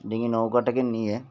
ডিঙি নৌকাটাকে নিয়ে